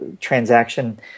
transaction